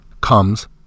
comes